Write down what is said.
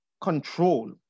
control